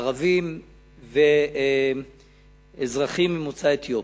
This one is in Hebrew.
ערבים ואזרחים ממוצא אתיופי,